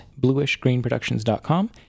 BluishGreenProductions.com